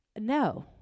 No